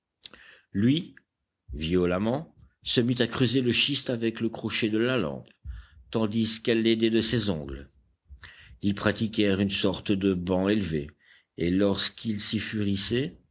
lui violemment se mit à creuser le schiste avec le crochet de la lampe tandis qu'elle l'aidait de ses ongles ils pratiquèrent une sorte de banc élevé et lorsqu'ils s'y